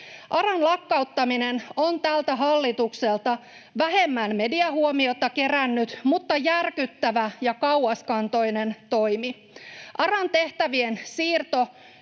ARAn lakkauttaminen on tältä hallitukselta vähemmän mediahuomiota kerännyt mutta järkyttävä ja kauaskantoinen toimi. ARAn tehtävien siirto